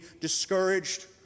discouraged